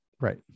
Right